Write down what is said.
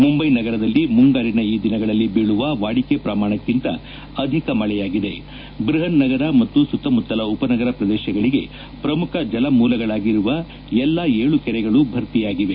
ಮುಂಬಯಿ ನಗರದಲ್ಲಿ ಮುಂಗಾರಿನ ಈ ದಿನಗಳಲ್ಲಿ ಬೀಳುವ ವಾಡಿಕೆ ಪ್ರಮಾಣಕ್ಕಿಂತ ಅಧಿಕ ಮಳೆಯಾಗಿದೆ ಬ್ಬಹನ್ ನಗರ ಮತ್ತು ಸುತ್ತಮುತ್ತಲ ಉಪನಗರ ಪ್ರದೇಶಗಳಿಗೆ ಪ್ರಮುಖ ಜಲಮೂಲಗಳಾಗಿರುವ ಎಲ್ಲಾ ಏಳು ಕೆರೆಗಳು ಭರ್ತಿಯಾಗಿವೆ